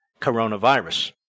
coronavirus